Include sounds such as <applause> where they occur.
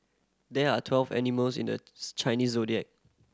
there are twelve animals in the <unintelligible> Chinese Zodiac